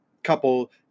couple